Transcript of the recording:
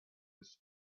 his